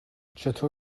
چطور